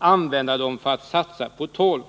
nämligen att satsa dem på att använda torv.